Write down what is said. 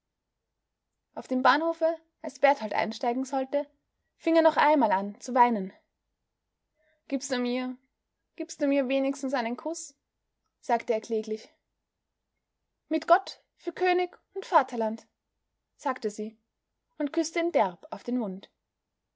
auf dem bahnhofe als berthold einsteigen sollte fing er noch einmal an zu weinen gibst du mir gibst du mir wenigstens einen kuß sagte er kläglich mit gott für könig und vaterland sagte sie und küßte ihn derb auf den mund